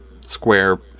square